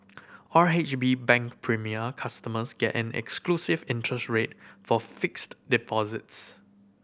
R H B Bank Premier customers get an exclusive interest rate for fixed deposits